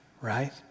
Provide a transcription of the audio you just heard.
right